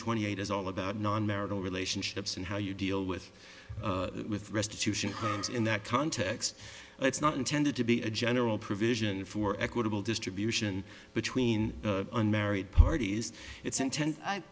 twenty eight is all about non marital relationships and how you deal with restitution is in that context it's not intended to be a general provision for equitable distribution between unmarried parties its inten